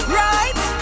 right